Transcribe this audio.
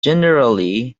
generally